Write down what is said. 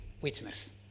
witness